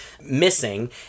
missing